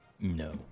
No